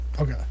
Okay